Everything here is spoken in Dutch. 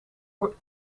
voor